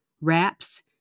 wraps